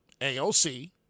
AOC